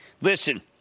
Listen